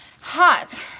hot